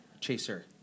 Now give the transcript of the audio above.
Chaser